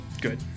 Good